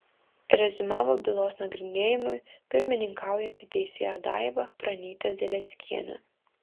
reziumavo bylos nagrinėjimui pirmininkaujanti teisėja daiva pranytė zalieckienė